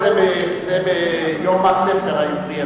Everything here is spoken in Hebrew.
החמאה והשמש זה ביום הספר העברי,